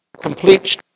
complete